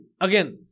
Again